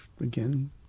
again